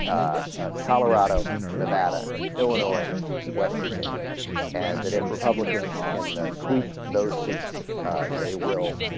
ah. colorado nevada illinois west virginia and that if republicans can ah. sweep those seats they will